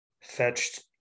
fetched